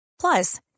Plus